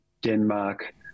Denmark